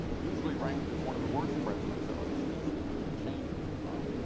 usually ranked as one of the worst presidents, although these these things may change over time